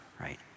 right